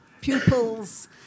pupils